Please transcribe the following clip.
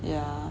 yeah